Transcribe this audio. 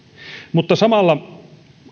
mutta samalla